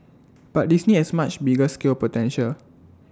but Disney has much bigger scale potential